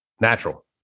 natural